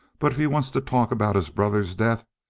but if he wants to talk about his brother's death,